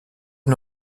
est